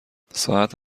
ساعت